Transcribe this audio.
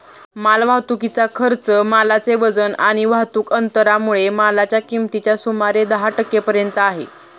माल वाहतुकीचा खर्च मालाचे वजन आणि वाहतुक अंतरामुळे मालाच्या किमतीच्या सुमारे दहा टक्के पर्यंत आहे